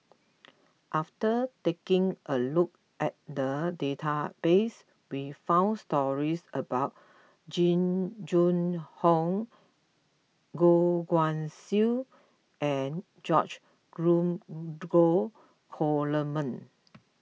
after taking a look at the database we found stories about Jing Jun Hong Goh Guan Siew and George Dromgold Coleman